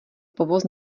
povoz